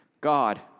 God